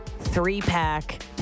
three-pack